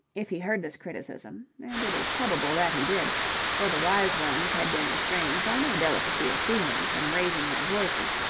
if he heard this criticism and it is probable that he did for the wise ones had been restrained by no delicacy of feeling from raising their voices,